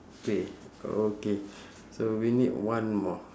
对 okay so we need one more